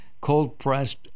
cold-pressed